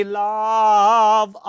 love